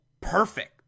perfect